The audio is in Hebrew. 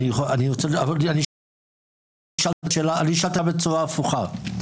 אני אשאל את השאלה בצורה הפוכה.